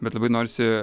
bet labai norisi